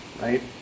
right